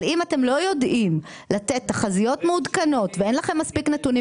אבל אם אתם לא יודעים לתת תחזיות מעודכנות ואין לכם מספיק נתונים